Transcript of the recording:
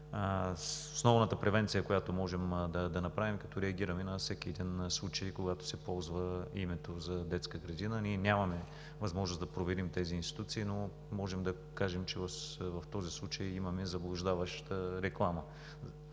Основната превенция, която можем да направим, е като реагираме на всеки един случай, когато се ползва името за детска градина. Нямаме възможност да проверим тези институции, но можем да кажем, че в този случай имаме заблуждаваща реклама,